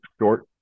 short